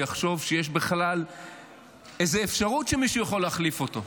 יחשוב שיש בכלל איזו אפשרות שמישהו יכול להחליף אותו.